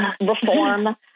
reform